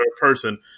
person –